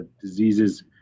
diseases